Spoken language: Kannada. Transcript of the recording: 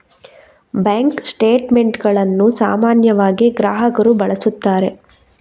ಬ್ಯಾಂಕ್ ಸ್ಟೇಟ್ ಮೆಂಟುಗಳನ್ನು ಸಾಮಾನ್ಯವಾಗಿ ಗ್ರಾಹಕರು ಬಳಸುತ್ತಾರೆ